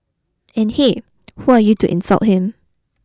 and hey who are you to insult him